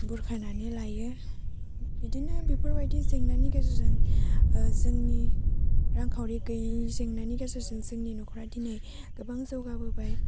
बुरखायनानै लायो बिदिनो बिफोरबादि जेंनानि गेजेरजों जोंनि रांखाउरि गैयै जेंनानि गेजेरजों जोंनि न'खरा दिनै गोबां जौगाबोबाय